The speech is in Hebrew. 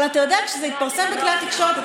אבל כשזה התפרסם בכלי התקשורת,